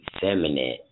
feminine